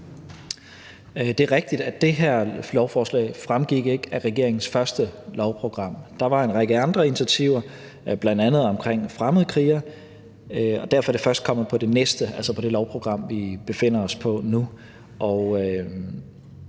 Det er rigtigt, at det her lovforslag ikke fremgik af regeringens første lovprogram. Der var en række andre initiativer, bl.a. om fremmedkrigere, og derfor er det først kommet på det næste, altså på det lovprogram, vi befinder os på nu.